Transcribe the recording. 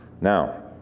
Now